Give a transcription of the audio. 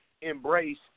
embrace